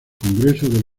congreso